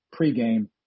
pregame